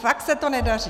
Fakt se to nedaří!